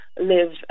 live